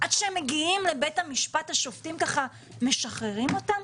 עד שהם מגיעים לבית המשפט, השופטים משחררים אותם.